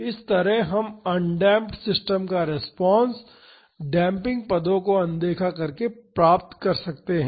इसी तरह हम अनडेम्प्ड सिस्टम का रिस्पांस डेम्पिंग पदों को अनदेखा करके पा सकते हैं